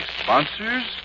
sponsors